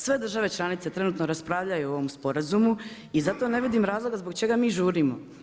Sve države članice trenutno raspravljaju o ovom sporazumu i zato ne vidim razloga zbog čega mi žurimo.